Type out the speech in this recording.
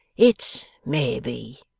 it may be